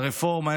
הרפורמה,